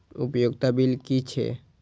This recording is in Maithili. उपयोगिता बिल कि छै?